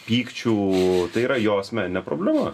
pykčių tai yra jo asmeninė problema